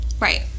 Right